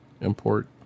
import